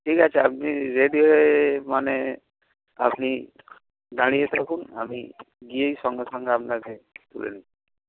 ঠিক আছে আপনি রেডি হয়ে মানে আপনি দাঁড়িয়ে থাকুন আমি গিয়েই সঙ্গে সঙ্গে আপনাকে তুলে নিচ্ছি